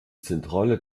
zentrale